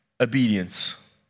obedience